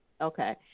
Okay